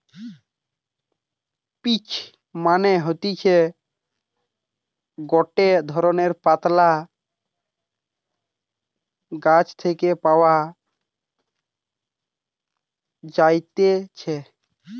peach মানে হতিছে গটে ধরণের পাতলা গাছ থেকে পাওয়া যাইতেছে